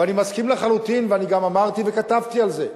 ואני מסכים לחלוטין, ואני גם אמרתי וכתבתי על זה,